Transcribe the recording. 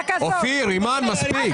אופיר ואימאן, מספיק.